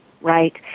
right